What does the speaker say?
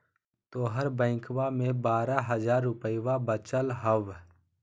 तोहर बैंकवा मे बारह हज़ार रूपयवा वचल हवब